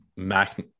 Mac